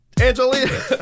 Angelina